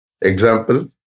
Example